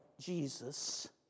Jesus